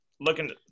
looking